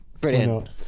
brilliant